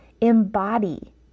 embody